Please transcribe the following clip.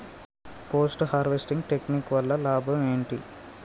Post harvesting technique వల్ల లాభం ఏంటి?